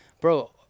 Bro